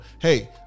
Hey